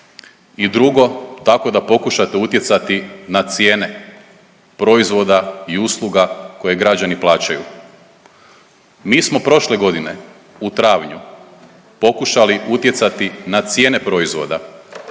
i drugo tako da pokušate utjecati na cijene proizvoda i usluga koje građani plaćaju. Mi smo prošle godine u travnju pokušali utjecati na cijene proizvoda